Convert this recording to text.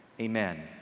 Amen